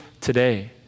today